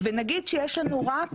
ונגיד שיש לנו רק